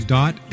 dot